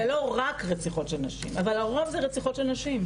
ולא רק רציחות של נשים אבל הרוב זה רציחות של נשים.